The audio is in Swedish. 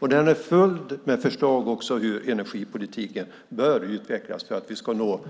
Den är också full med förslag om hur energipolitiken bör utvecklas för att vi ska nå